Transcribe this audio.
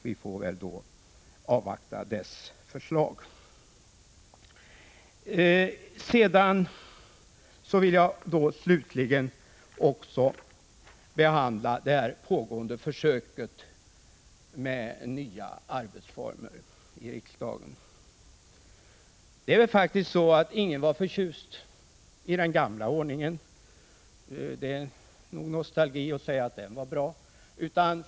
Vi får väl avvakta dess förslag. Slutligen vill jag också beröra det pågående försöket med nya arbetsformer i riksdagen. Det är väl faktiskt så att ingen var förtjust i den gamla ordningen — det är nog nostalgi att säga att den var bra.